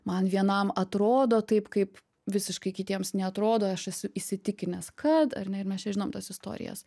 man vienam atrodo taip kaip visiškai kitiems neatrodo aš esu įsitikinęs kad ar ne ir mes čia žinom tas istorijas